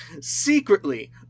Secretly